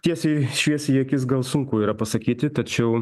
tiesiai švies į akis gal sunku yra pasakyti tačiau